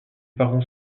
parents